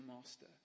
master